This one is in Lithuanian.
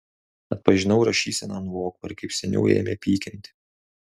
atpažinau rašyseną ant voko ir kaip seniau ėmė pykinti